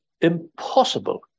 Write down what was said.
impossible